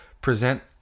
present